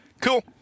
Cool